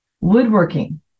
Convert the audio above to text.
Woodworking